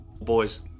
Boys